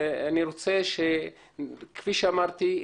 כפי שאמרתי,